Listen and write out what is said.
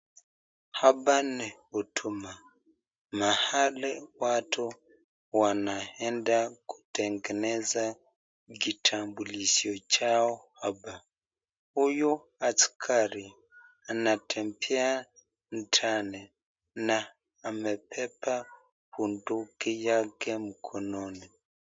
Hapa ni huduma, mahali watu wanaenda kutengeneza kitambulisho chao. Huyu askari anatembea mitane na amebeba bundiki yake mkononi.